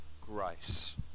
grace